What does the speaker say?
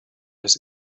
his